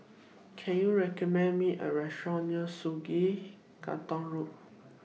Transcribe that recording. Can YOU recommend Me A Restaurant near Sungei Gedong Road